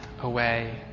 away